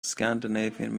scandinavian